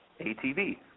ATV